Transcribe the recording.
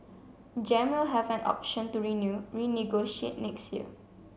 gem will have an option to renew renegotiate next year